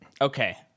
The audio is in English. okay